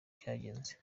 cyagenze